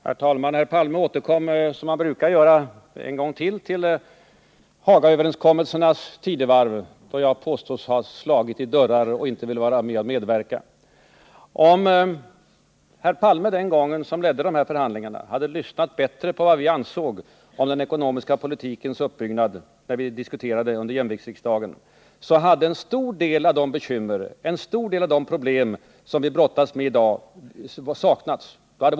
Herr talman! Herr Palme återkommer — som han brukar göra — till Hagaöverenskommelsernas tidevarv, då jag påstås ha slagit i dörrar och inte velat medverka. Men om herr Palme, som ledde dessa förhandlingar, hade lyssnat bättre på vad vi ansåg om den ekonomiska politikens inriktning när vi under jämviktsriksdagen diskuterade detta, så hade en stor del av de bekymmer och problem som vi brottas med i dag inte funnits.